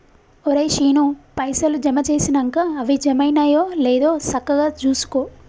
ఒరే శీనూ, పైసలు జమ జేసినంక అవి జమైనయో లేదో సక్కగ జూసుకో